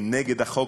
כנגד החוק.